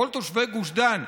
כל תושבי גוש דן.